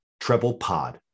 TreblePod